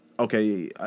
Okay